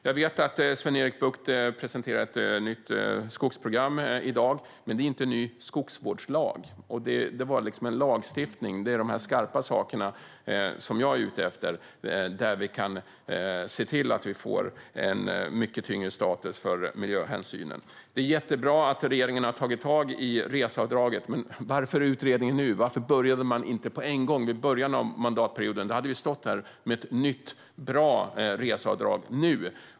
Jag vet att Sven-Erik Bucht presenterar ett nytt skogsprogram i dag. Men det är inte en ny skogsvårdslag. Det är en lagstiftning, de skarpa sakerna, som jag är ute efter så att miljöhänsynen får mycket högre status. Det är jättebra att regeringen har tagit tag i reseavdraget. Men varför tillsätta en utredning nu? Varför började man inte på en gång, i början av mandatperioden? Då hade vi stått här med ett nytt, bra reseavdrag nu.